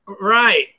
Right